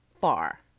far